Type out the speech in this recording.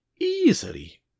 Easily